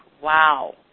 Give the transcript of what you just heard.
Wow